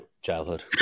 Childhood